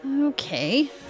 Okay